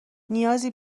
نیازی